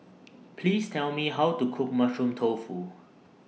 Please Tell Me How to Cook Mushroom Tofu